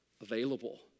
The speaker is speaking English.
available